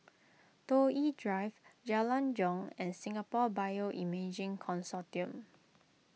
Toh Yi Drive Jalan Jong and Singapore Bioimaging Consortium